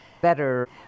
better